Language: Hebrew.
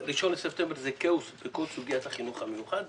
יש כאוס בכל סוגיית החינוך המיוחד,